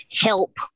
help